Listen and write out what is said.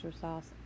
sauce